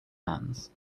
hands